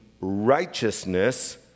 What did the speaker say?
righteousness